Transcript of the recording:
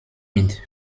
mit